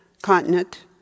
continent